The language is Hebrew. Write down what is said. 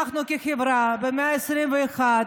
אנחנו, כחברה במאה ה-21,